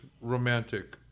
romantic